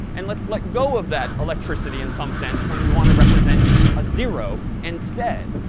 and let's let go of that electricity in some sense when we want to represent a zero instead.